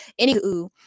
anywho